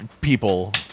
people